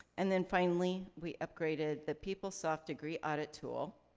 and then finally we upgraded the peoplesoft degree audit tool.